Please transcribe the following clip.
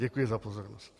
Děkuji za pozornost.